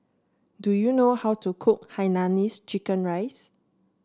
do you know how to cook Hainanese Chicken Rice